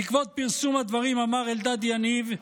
בעקבות פרסום הדברים אמר אלדד יניב,